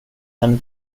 henne